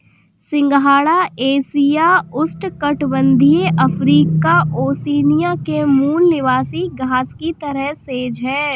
सिंघाड़ा एशिया, उष्णकटिबंधीय Africa, Oceania के मूल निवासी घास की तरह सेज है